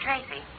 Tracy